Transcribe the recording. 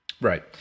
Right